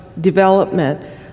development